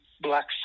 Black